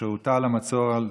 כאשר הוטל המצור של